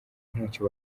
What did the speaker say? ntacyo